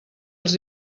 els